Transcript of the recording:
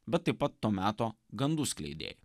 bet taip pat to meto gandų skleidėjai